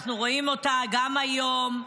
אנחנו רואים אותה גם היום,